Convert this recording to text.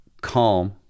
calm